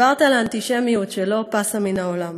דיברת על אנטישמיות שלא פסה מן העולם.